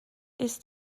ist